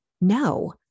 no